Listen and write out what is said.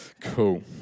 Cool